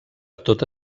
tota